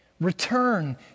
return